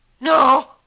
No